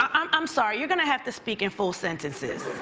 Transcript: um i'm sorry, you going to have to speak in full sentences.